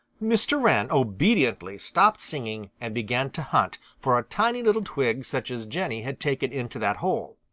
mr. wren obediently stopped singing and began to hunt for a tiny little twig such as jenny had taken into that hole.